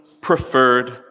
preferred